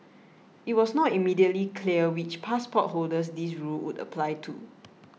it was not immediately clear which passport holders this rule would apply to